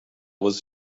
was